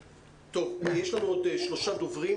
יש לנו עוד שלושה דוברים,